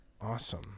awesome